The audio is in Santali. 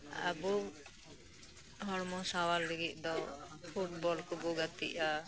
ᱟᱵᱩ ᱦᱚᱲᱢᱚ ᱥᱟᱶᱣᱟᱨ ᱞᱟᱹᱜᱤᱫ ᱫᱚ ᱯᱷᱩᱴᱵᱚᱞ ᱠᱩᱵᱩ ᱜᱟᱛᱤᱜᱼᱟ